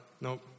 no